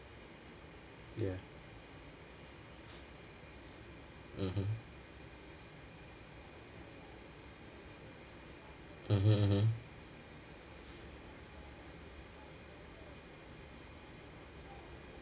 ya mmhmm mmhmm mmhmm